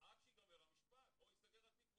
עד שיגמר המשפט או ייסגר התיק והוא